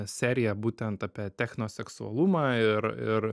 seriją būtent apie technoseksualumą ir ir